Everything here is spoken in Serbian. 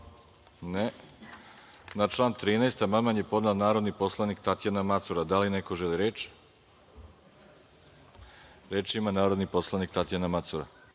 (Ne)Na član 13. amandman je podnela narodni poslanik Tatjana Macura. Da li neko želi reč? (Da)Reč ima narodni poslanik Tatjana Macura.